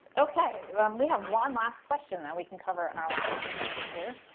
ok, you know um we have one last question that we can cover in our last few minutes here